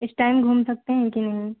इस टाइम घूम सकते हैं कि नहीं